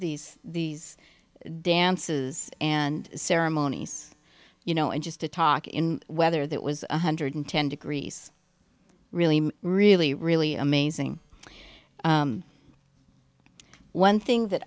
these these dances and ceremonies you know and just to talk in weather that was one hundred ten degrees really really really amazing one thing that